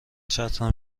چترم